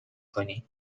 کنی